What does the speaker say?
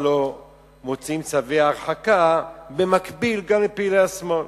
לא מוציאים צווי הרחקה במקביל גם לפעילי השמאל.